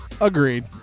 Agreed